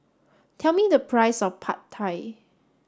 tell me the price of Pad Thai